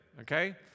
okay